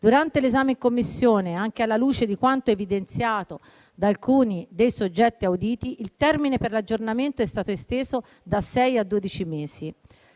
Durante l'esame in Commissione, anche alla luce di quanto evidenziato da alcuni dei soggetti auditi, il termine per l'aggiornamento è stato esteso da sei a dodici mesi.